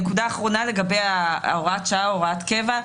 נקודה אחרונה לגבי הוראת שעה או הוראת קבע.